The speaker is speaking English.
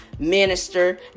Minister